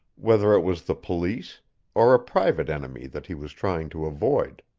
whether it was the police or a private enemy that he was trying to avoid.